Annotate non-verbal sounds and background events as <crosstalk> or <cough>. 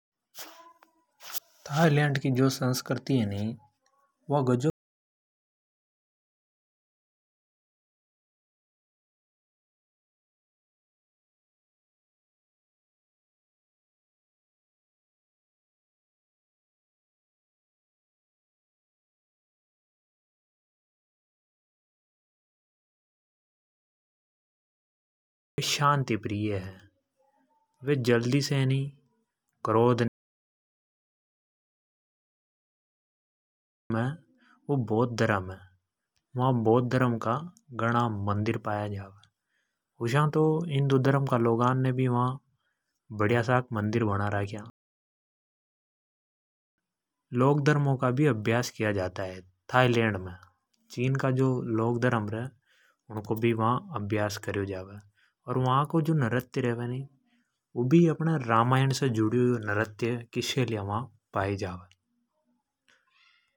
थाईलैंड की जो संस्कृति है नि वा गजब <unintelligible> वे शांति प्रिय है वे जल्दी से क्रोध मे <unintelligible> वु बौद्ध धर्म है वा बौद्ध धर्म का गणा मंदिर पाया जावे। उषया तो हिंदू धर्म का लो गा ने भी वा बढ़िया साक मंदिर बन रक्या। <unintelligible> लोक धर्मों का भी अभ्यास किया जाता है थाईलैंड में। चीन का जो लोक धर्म रे उनको भी वा अभ्यास करयो जा वे। और वा को जो नृत्य रेवे नि वु भी वा अपने रामायण से जुड़ी हुई नृत्य कि शैलियो वा पाई जावे।